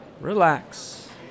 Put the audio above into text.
relax